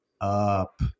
up